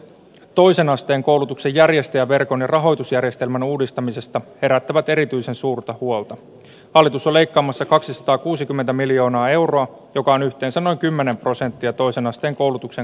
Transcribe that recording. toisen asteen koulutuksen järjestää verkon rahoitusjärjestelmän uudistamisesta perät ovat erityisen suurta huolta alitus on leikkaamassa kaksisataakuusikymmentä miljoonaa euroa joka on yhteensä noin kymmenen prosenttia toisen asteen koulutuksen